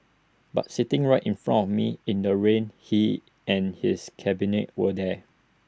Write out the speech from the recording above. but sitting right in front of me in the rain he and his cabinet were there